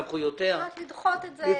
כלומר, לדחות את זה.